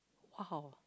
!wow!